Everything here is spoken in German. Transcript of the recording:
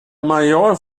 major